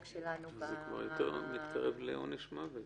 שלנו --- זה כבר מתקרב לעונש מוות,